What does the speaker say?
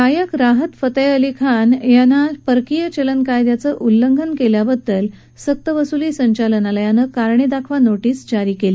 गायक राहत फतेह अली खान यांना परकीय चलन कायद्याचं उल्लंघन केल्याबद्दल सक्तवसुली संचलनालयानं कारणे दाखवा नोटीस जारी केली